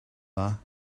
dda